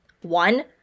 One